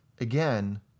again